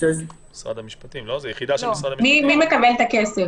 מי מקבל את הכסף?